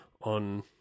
on